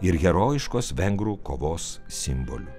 ir herojiškos vengrų kovos simboliu